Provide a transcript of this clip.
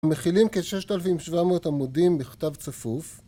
מחילים כ-6,700 עמודים בכתב צפוף